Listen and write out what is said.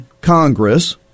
Congress